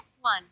One